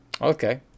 Okay